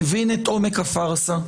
מבין את עומק הפארסה,